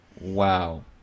Wow